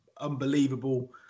unbelievable